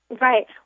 Right